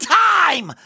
time